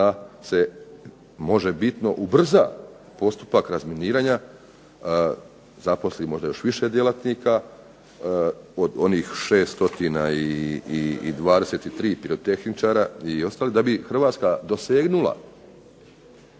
da se možebitno ubrza postupak razminiranja, zaposlimo onda još više djelatnika od onih 623 pirotehničara i ostalih, da bi Hrvatska dosegnula